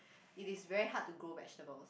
it is very hard to grow vegetables